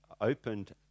opened